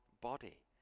body